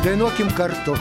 dainuokim kartu